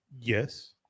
yes